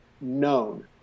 known